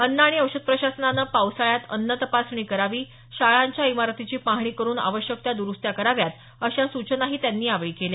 अन्न आणि औषध प्रशासनानं पावसाळ्यात अन्न तपासणी करावी शाळांच्या इमारतीची पाहणी करुन आवश्यक त्या दरुस्त्या कराव्यात अशा सुचनाही यावेळी देण्यात आल्या